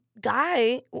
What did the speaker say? guy